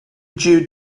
due